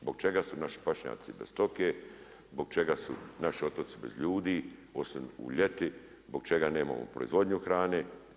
Zbog čega su naši pašnjaci bez stoke, zbog čega su naši otoci bez ljudi, osim u ljeti, zbog čega nemamo proizvodnju hrane.